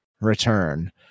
return